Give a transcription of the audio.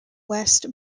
west